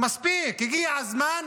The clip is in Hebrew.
מספיק, הגיע הזמן